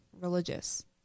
religious